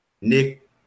nick